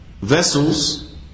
vessels